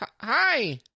hi